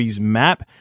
map